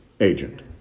agent